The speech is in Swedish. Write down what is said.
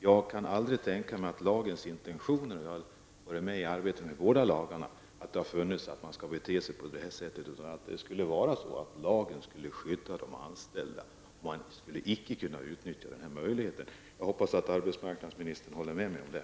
Jag kan aldrig tänka mig att lagens intentioner har varit att man skall kunna bete sig på det här sättet, utan lagen skulle skydda de anställda och man skulle inte kunna utnyttja den så här. Jag hoppas att arbetsmarknadsministern håller med mig om det.